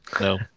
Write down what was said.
No